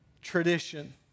tradition